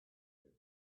air